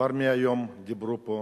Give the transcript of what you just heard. הסביבה לוועדה המשותפת